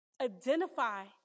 Identify